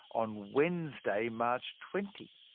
on wednesday, march twenty.